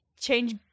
change